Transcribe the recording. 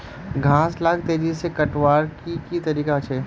घास लाक तेजी से बढ़वार की की तरीका छे?